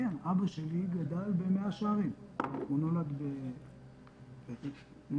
בהם שום משמעות, פשוט מגדלים של חול.